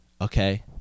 okay